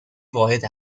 واحد